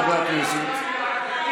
חברי הכנסת,